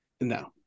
No